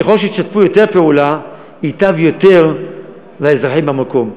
ככל שתשתפו פעולה יותר ייטב יותר לאזרחים במקום.